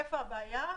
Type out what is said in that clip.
איפה הבעיה?